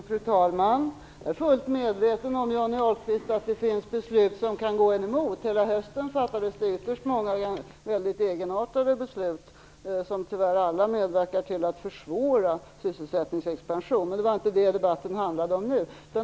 Fru talman! Jag är fullt medveten om att beslut kan gå en emot, Johnny Ahlqvist. Under hela hösten fattades det ytterst många mycket egenartade beslut som tyvärr alla medverkar till att försvåra sysselsättningens expansion. Det är emellertid inte det debatten handlar om nu.